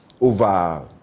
over